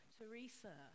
Teresa